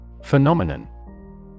Phenomenon